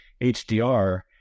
HDR